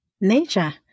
Nature